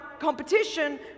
competition